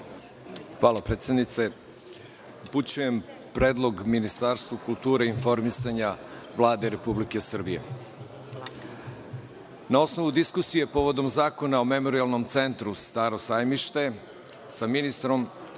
Hvala predsednice. Upućujem predlog Ministarstvu kulture i informisanja Vlade Republike Srbije. Na osnovu diskusije povodom zakona o Memorijalnom centru „Staro sajmište“ sa ministrom